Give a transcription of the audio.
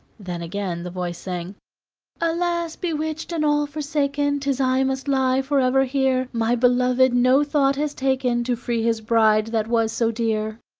then again the voice sang alas! bewitched and all forsaken, tis i must lie for ever here! my beloved no thought has taken to free his bride, that was so dear.